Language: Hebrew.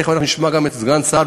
תכף אנחנו נשמע גם את סגן השר,